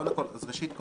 ראשית,